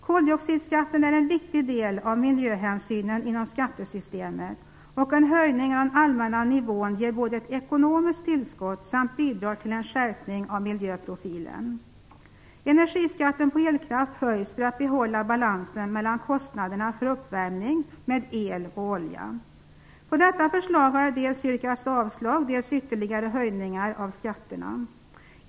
Koldioxidskatten är en viktig del i miljöhänsynen inom skattesystemet, och en höjning av den allmänna nivån både ger ett ekonomiskt tillskott och bidrar till en skärpning av miljöprofilen. Energiskatten på elkraft höjs för att man skall kunna behålla balansen mellan kostnaderna för uppvärmning med el och olja. På detta förslag har dels yrkats avslag, dels har ytterligare höjningar av skatterna föreslagits.